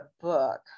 book